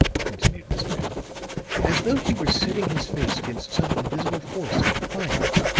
continued miss vale as though he were setting his face against some invisible force and defying it.